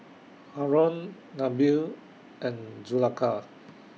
Haron Nabil and Zulaikha